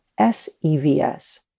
SEVS